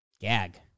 Gag